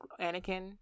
anakin